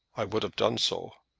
i would have done so.